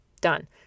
Done